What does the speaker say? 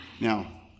Now